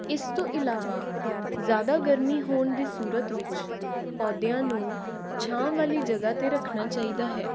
ਇਸ ਤੋਂ ਇਲਾਵਾ ਜ਼ਿਆਦਾ ਗਰਮੀ ਹੋਣ ਦੀ ਸੂਰਤ ਵਿੱਚ ਪੌਦਿਆਂ ਨੂੰ ਛਾਂ ਵਾਲੀ ਜਗ੍ਹਾ 'ਤੇ ਰੱਖਣਾ ਚਾਹੀਦਾ ਹੈ